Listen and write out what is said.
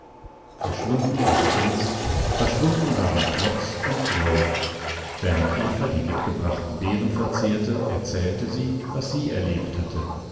verschwunden war die angst verschwunden waren trotz und groll während eva die mitgebrachten beeren verzehrte erzählte sie was sie erlebt hatte